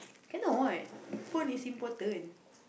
cannot phone is important